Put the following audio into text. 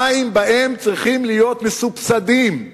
המים צריכים להיות מסובסדים,